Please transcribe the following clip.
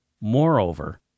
Moreover